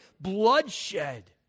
Bloodshed